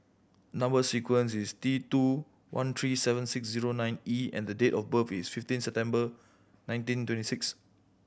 number sequence is T two one three seven six zero nine E and date of birth is fifteen September nineteen twenty six